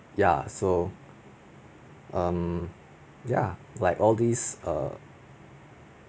ya so um ya like all these err